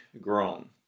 grown